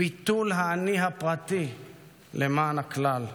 ביטול האני הפרטי למען הכלל,